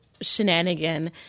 shenanigan